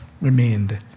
remained